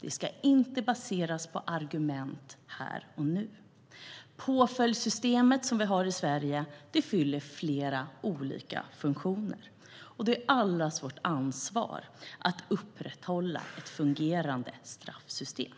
De ska inte baseras på argument här och nu. Påföljdssystemet vi har i Sverige fyller flera olika funktioner, och det är allas vårt ansvar att upprätthålla ett fungerande straffsystem.